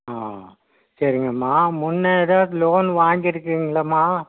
ஆ சரிங்கம்மா முன்னே எதாவது லோன் வாங்கியிருக்கிறீங்களாம்மா